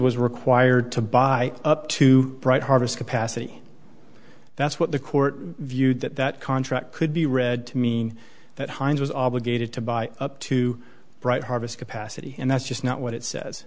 was required to buy up to harvest capacity that's what the court viewed that that contract could be read to mean that hines was obligated to buy up to bright harvest capacity and that's just not what it says